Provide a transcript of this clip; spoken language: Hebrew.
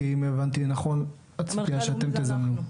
כי אם הבנתי נכון, הציפייה שאתם תזמנו.